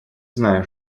знаю